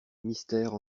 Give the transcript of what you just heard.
mystère